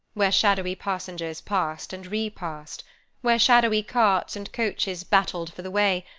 where shadowy passengers passed and repassed where shadowy carts and coaches battled for the way,